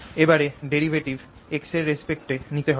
এবার derivative x এর respect এ নিতে হবে